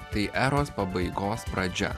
tai eros pabaigos pradžia